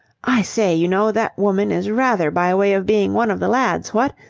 i say, you know, that woman is rather by way of being one of the lads, what!